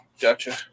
Gotcha